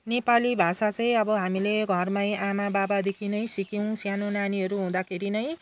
नेपाली भाषा चाहिँ अब हामीले घरमै आमा बाबादेखि नै सिक्यौँ सानो नानीहरू हुँदाखेरि नै